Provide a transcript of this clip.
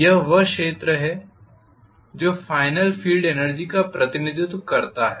यह वह क्षेत्र है जो फाइनल फील्ड एनर्जी का प्रतिनिधित्व करता है